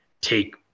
take